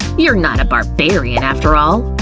you're not a barbarian, after all.